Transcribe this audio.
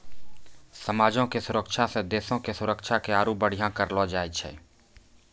समाजो के सुरक्षा से देशो के सुरक्षा के आरु बढ़िया करलो जाय छै